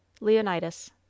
Leonidas